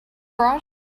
garage